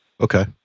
Okay